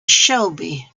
shelby